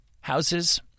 houses